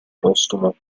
postumo